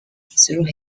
through